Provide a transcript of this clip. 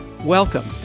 Welcome